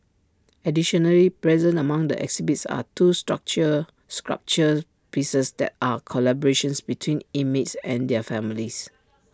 additionally present among the exhibits are two structure sculpture pieces that are collaborations between inmates and their families